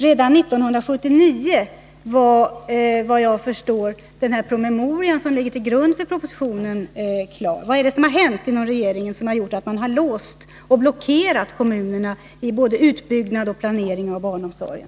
Redan 1979 var, såvitt jag förstår, den promemoria som ligger till grund för propositionen klar. Vad har hänt inom regeringen när man på detta sätt låst och blockerat kommunerna då det gäller både utbyggnad och planering av barnomsorgen?